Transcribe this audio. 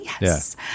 yes